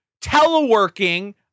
teleworking